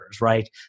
right